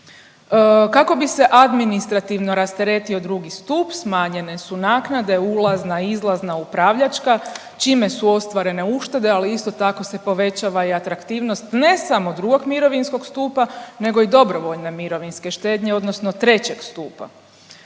Kako bi se administrativno rasteretio II. stup smanjene su naknade ulazna, izlazna, upravljačka, čime su ostvarene uštede, ali isto tako se povećava i atraktivnost ne samo II. mirovinskog stupa, nego i dobrovoljne mirovinske štednje odnosno III. stupa.